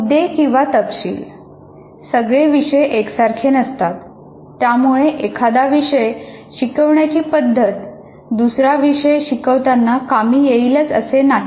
मुद्दे किंवा तपशील सगळे विषय एकसारखे नसतात त्यामुळे एखादा विषय शिकवण्याची पद्धत दुसरा विषय शिकवताना कामी येईलच असे नाही